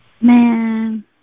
Man